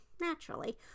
naturally